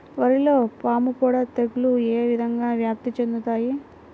వరిలో పాముపొడ తెగులు ఏ విధంగా వ్యాప్తి చెందుతాయి?